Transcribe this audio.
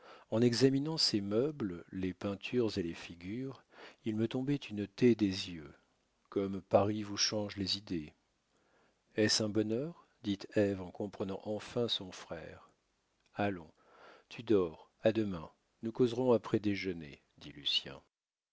en examinant ces meubles les peintures et les figures il me tombait une taie des yeux comme paris vous change les idées est-ce un bonheur dit ève en comprenant enfin son frère allons tu dors à demain nous causerons après déjeuner dit